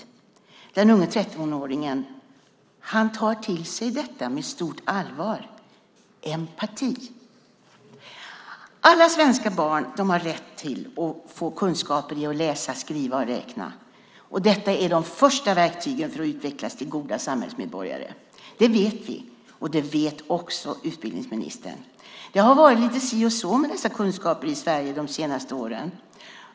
Den unge 13-åringen tar till sig detta med stort allvar - empati. Alla svenska barn har rätt att få kunskaper i att läsa, skriva och räkna. Detta är de första verktygen för att utvecklas till goda samhällsmedborgare. Det vet vi, och det vet också utbildningsministern. Det har varit lite si och så med dessa kunskaper i Sverige de senaste åren.